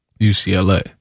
UCLA